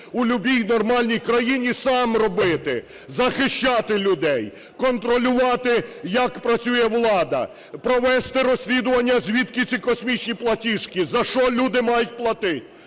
у любій нормальній країні сам робити: захищати людей, контролювати, як працює влада, провести розслідування, звідки ці космічні платіжки, за що люди мають платить.